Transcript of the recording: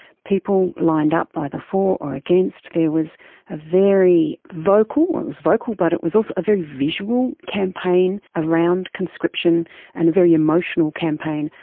people lined up by the for or against, there was a very vocal, it was vocal but it was also a very visual campaign around conscription and a very emotional campaign,